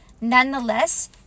nonetheless